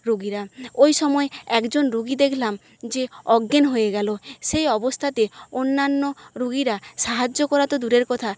রুগীরা ওই সময় একজন রুগী দেখলাম যে অজ্ঞান হয়ে গেলো সেই অবস্থাতে অন্যান্য রুগীরা সাহায্য করা তো দূরের কথা